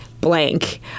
blank